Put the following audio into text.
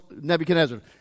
Nebuchadnezzar